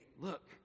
look